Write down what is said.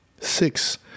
Six